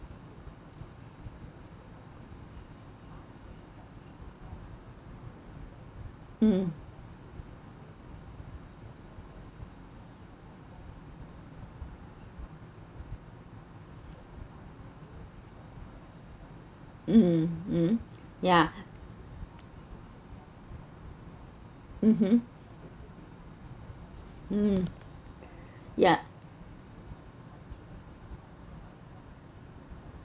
mm mmhmm ya mmhmm mm ya